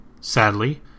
Sadly